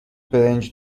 برنج